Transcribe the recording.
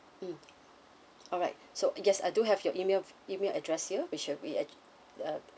mm alright so yes I do have your email email address here which uh we have uh